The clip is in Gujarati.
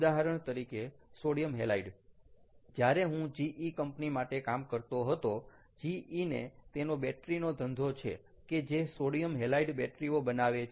ઉદાહરણ તરીકે સોડિયમ હેલાઇડ જ્યારે હું GE માટે કામ કરતો હતો GE ને તેનો બેટરી નો ધંધો છે કે જે સોડિયમ હેલાઇડ બેટરી ઓ બનાવે છે